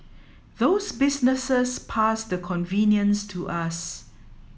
those businesses pass the convenience to us